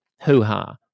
hoo-ha